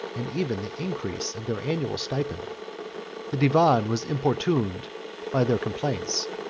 and even the increase, of their annual stipend the divan was importuned by their complaints,